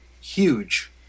huge